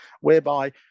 whereby